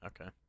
Okay